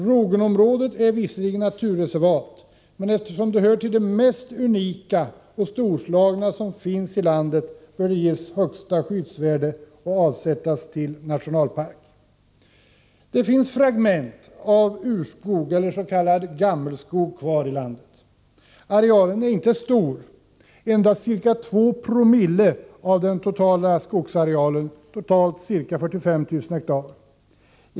Rogenområdet är visserligen naturreservat, men eftersom det tillhör det mest unika och storslagna som finns i landet, bör det ges högsta skyddsvärde och avsättas till nationalpark. Det finns fragment av urskog eller s.k. gammelskog kvar i landet. Arealen är inte stor, endast ca 2 Joo av den totala skogsarealen eller totalt ca 45 000 ha.